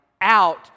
out